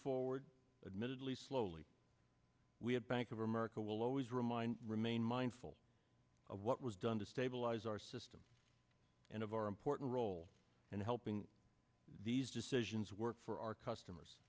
forward admittedly slowly we have bank of america will always remind remain mindful of what was done to stabilize our system and of our important role in helping these decisions work for our customers